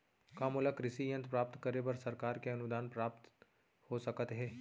का मोला कृषि यंत्र प्राप्त करे बर सरकार से अनुदान प्राप्त हो सकत हे?